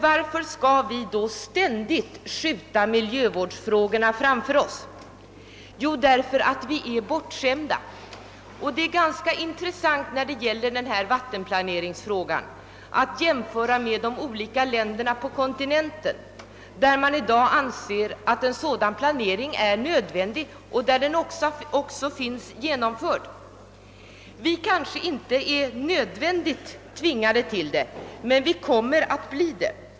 Varför skjuter vi då mijövårdsfrågorna framför oss? Jo, det gör vi därför att vi är bortskämda. När det gäller vattenplaneringsfrågan är det ganska intressant att jämföra vårt land med länderna på kontinenten. Där anser man i dag att en sådan planering är növändig — och den är också genomförd där. Vi är kanske ännuinte tvingade att göra en sådan planering, men vi kommer att bli det.